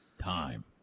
time